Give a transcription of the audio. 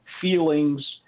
feelings